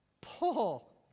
Paul